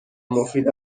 مفید